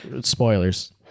spoilers